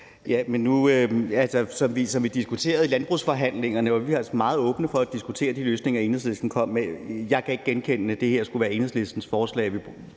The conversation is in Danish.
Rasmus Nordqvist (SF): I de landbrugsforhandlinger, vi havde, var vi meget åbne over for at diskutere de løsninger, Enhedslisten kom med, men jeg kan ikke genkende, at det her skulle være Enhedslistens forslag, altså